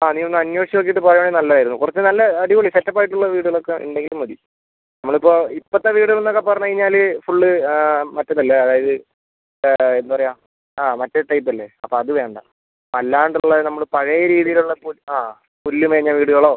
ആ നീ ഒന്ന് അന്വേഷിച്ച് നോക്കിയിട്ട് പറയുവാണെങ്കിൽ നല്ലതായിരുന്നു കുറച്ച് നല്ല അടിപൊളി സെറ്റപ്പ് ആയിട്ടുള്ള വീടുകളൊക്കെ ഉണ്ടെങ്കിൽ മതി നമ്മൾ ഇപ്പോൾ ഇപ്പോഴത്തെ വീടുകൾ എന്നൊക്കെ പറഞ്ഞുകഴിഞ്ഞാൽ ഫുൾ മറ്റേതല്ലേ അതായത് എന്താണ് പറയുക ആ മറ്റേ ടൈപ്പ് അല്ലേ അപ്പോൾ അത് വേണ്ട അലാണ്ട് ഉള്ള നമ്മൾ പഴയ രീതിയിൽ ഉള്ള പു ആ പുല്ല് മേഞ്ഞ വീടുകളോ